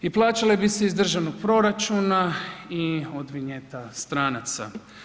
I plaćale bi se iz državnog proračuna i od vinjeta stranaca.